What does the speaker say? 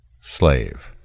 Slave